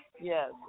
Yes